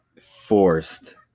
forced